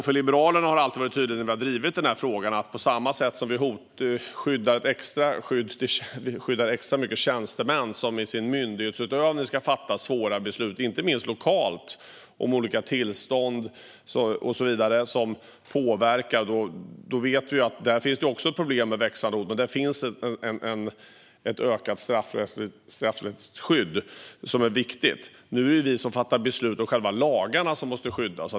För Liberalerna har det alltid varit tydligt, och vi har drivit den frågan, att tjänstemän som i sin myndighetsutövning ska fatta svåra beslut också ska skyddas extra mycket. Inte minst lokala beslut om olika tillstånd och så vidare påverkar. Vi vet att det finns problem med växande hot där. Men där finns också ett ökat straffrättsligt skydd, som är viktigt. Nu är det vi som fattar beslut om själva lagarna som måste skyddas.